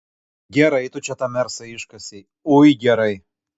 gerai tu čia tą mersą iškasei ui gerai